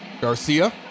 Garcia